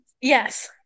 Yes